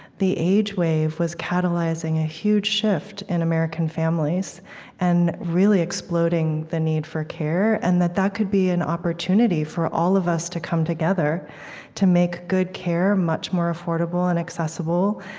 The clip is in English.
the age wave was catalyzing a huge shift in american families and really exploding the need for care, and that that could be an opportunity for all of us to come together to make good care much more affordable and accessible,